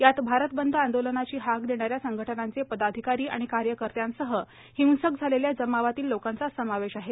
यात भारत बंद आंदोलनाची हाक देणाऱ्या संघटनांचे पदाधिकारी आणि कार्यकर्त्यांसह हिंसक झालेल्या जमावातील लोकांचा समावेश आहे